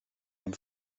dem